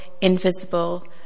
invisible